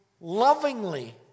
lovingly